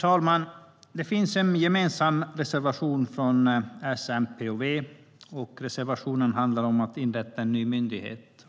talman! Det finns en gemensam reservation från S, MP och V som handlar om att inrätta en ny myndighet.